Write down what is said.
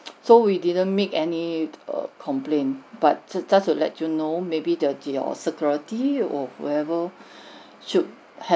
so we didn't make any err complaint but jus~ just to let you know maybe there's a security or whoever should